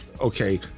okay